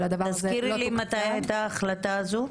תזכירי לי מתי הייתה ההחלטה הזו.